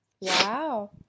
Wow